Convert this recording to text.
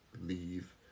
leave